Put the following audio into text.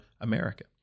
America